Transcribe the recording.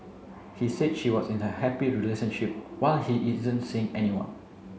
he said she was in a happy relationship while he isn't seeing anyone